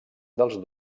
dels